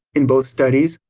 in both studies,